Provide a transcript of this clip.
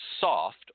soft